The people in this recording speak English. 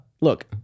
Look